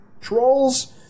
Trolls